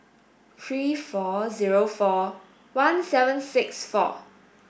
three four zero four one seven six four